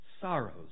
sorrows